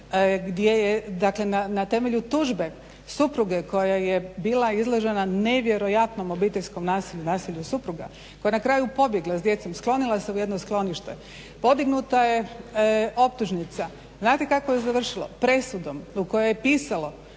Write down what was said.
gdje je na temelju tužbe supruge koja je bila izložena nevjerojatnom obiteljskom nasilju nasilju supruga, koja je na kraju pobjegla s djecom, sklonila se u jedno sklonište. Podignuta je optužnica. Znate kako je završilo? Presudom u kojoj je pisalo